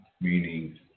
meaning